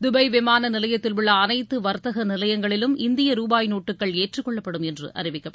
Dubai விமான நிலையத்தில் உள்ள அனைத்து வர்த்தக நிலையங்களிலும் இந்திய ருபாய் நோட்டுக்கள் ஏற்றுக்கொள்ளப்படும் என்று அறிவிக்கப்பட்டுள்ளது